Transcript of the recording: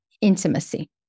intimacy